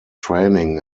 training